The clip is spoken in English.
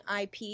IP